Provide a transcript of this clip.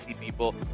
people